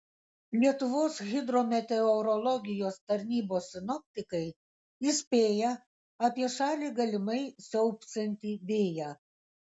lietuvos hidrometeorologijos tarnybos sinoptikai įspėja apie šalį galimai siaubsiantį vėją